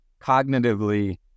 cognitively